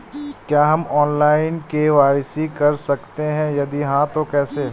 क्या हम online KYC कर सकते हैं यदि हाँ तो कैसे?